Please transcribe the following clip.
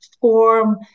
form